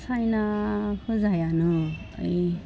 साइनाखौ जायहानो